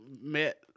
met